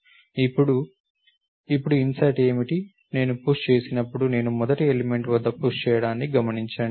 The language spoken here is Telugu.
ఇప్పుడు ఇప్పుడు ఇన్సర్ట్ ఏమిటి నేను పుష్ చేసినప్పుడు నేను మొదటి ఎలిమెంట్ వద్ద పుష్ చేయడాన్ని గమనించండి